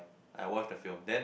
I watch the film then